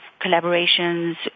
collaborations